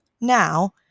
Now